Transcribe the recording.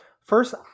First